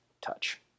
touch